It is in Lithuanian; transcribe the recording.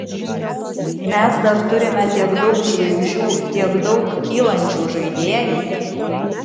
mes dar turime tiek daug žvaigždžių tiek daug kylančių žaidėjų